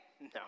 No